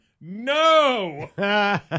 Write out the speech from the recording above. no